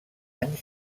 anys